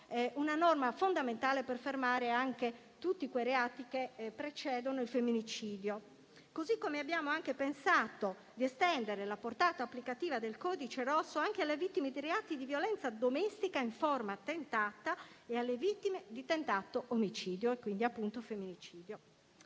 una norma fondamentale per fermare tutti quei reati che precedono il femminicidio. Abbiamo pensato poi di estendere la portata applicativa del codice rosso anche alle vittime dei reati di violenza domestica in forma tentata e alle vittime di tentato omicidio (quindi appunto il femminicidio).